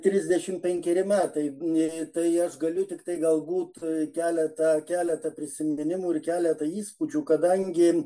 trisdešimt penkeri metai tai aš galiu tiktai galbūt keletą keletą prisiminimų ir keletą įspūdžių kadangi